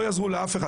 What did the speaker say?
לא יעזרו לאף אחד,